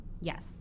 Yes